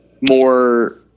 more